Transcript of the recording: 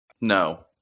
No